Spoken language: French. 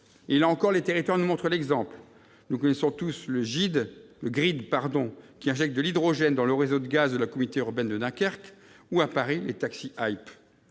Là encore, les territoires nous montrent l'exemple. Nous connaissons tous le Grid, qui injecte de l'hydrogène dans le réseau de gaz de la communauté urbaine de Dunkerque, ou, à Paris, les taxis Hype.